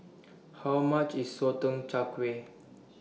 How much IS Sotong Char Kway